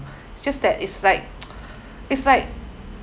just that it's like it's like